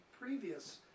previous